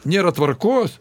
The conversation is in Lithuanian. nėra tvarkos